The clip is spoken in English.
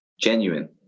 Genuine